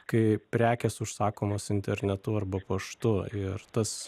kai prekės užsakomos internetu arba paštu ir tas